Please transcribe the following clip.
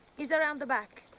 is around the back,